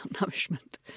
nourishment